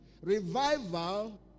Revival